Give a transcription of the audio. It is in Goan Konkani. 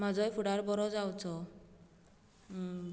म्हजोय फुडार बरो जावचो